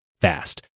fast